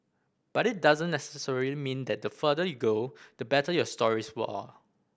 but it doesn't necessarily mean that the farther you go the better your stories will are